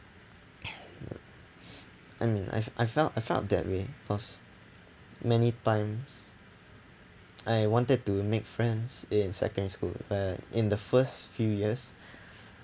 I mean I've I've felt I felt that way because many times I wanted to make friends in secondary school but in the first few years